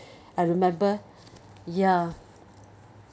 I remember ya